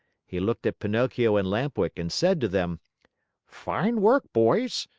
he looked at pinocchio and lamp-wick and said to them fine work, boys!